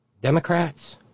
Democrats